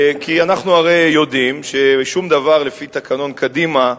כי אנחנו הרי יודעים ששום דבר, לפי תקנון קדימה,